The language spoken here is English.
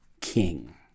king